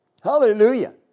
Hallelujah